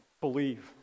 Believe